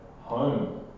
home